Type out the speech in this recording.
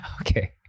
okay